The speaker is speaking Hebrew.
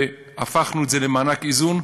והפכנו את זה למענק איזון.